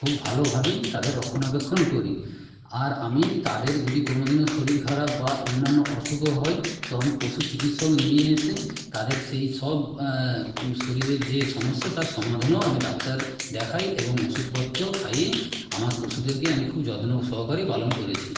খুব ভালোভাবে তাদের রক্ষণাবেক্ষণ করি আর আমি তাদের যদি কোনো দিনও শরীর খারাপ বা অন্যান্য অসুখও হয় তো আমি পশু চিকিৎসক নিয়ে এসে তাদের সেই সব শরীরের যে সমস্যা তার সমাধানও আমি ডাক্তার দেখাই এবং ওষুধপত্রও খাইয়ে আমার পশুদেরকে আমি খুব যত্ন সহকারে পালন করেছি